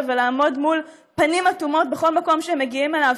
ולעמוד מול פנים אטומות בכל מקום שהם מגיעים אליו,